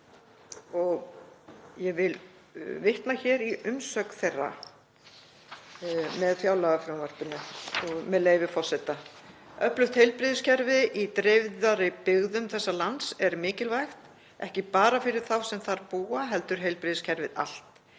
Ég vil vitna hér í umsögn þeirra með fjárlagafrumvarpinu, með leyfi forseta: „Öflugt heilbrigðiskerfi í dreifðari byggðum þessa lands er mikilvægt, ekki bara fyrir þá sem þar búa heldur heilbrigðiskerfið allt.